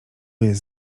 jest